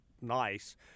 nice